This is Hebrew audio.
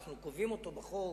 אנחנו קובעים אותו בחוק,